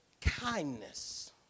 kindness